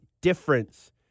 difference